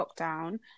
lockdown